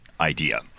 idea